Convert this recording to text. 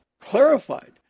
clarified